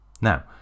Now